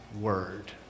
word